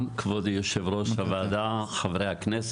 יושב ראש הוועדה, חברי הכנסת,